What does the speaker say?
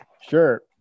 Sure